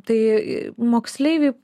tai moksleiviai